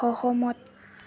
সহমত